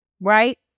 right